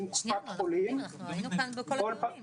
לכן התפלאתי שהיום אנחנו מדברים על כך שנעדן וננסח שוב את העונשים.